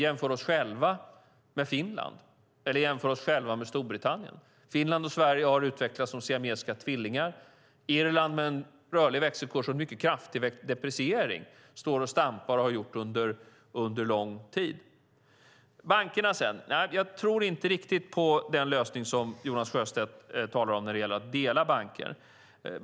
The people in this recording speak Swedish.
Jämför oss själva med Finland, eller jämför oss själva med Storbritannien. Finland och Sverige har utvecklats som siamesiska tvillingar. Irland, med en rörlig växelkurs och en mycket kraftig depreciering, står och stampar och har gjort det under en lång tid. Bankerna sedan: Jag tror inte riktigt på den lösning som Jonas Sjöstedt talar om när det gäller att dela banker.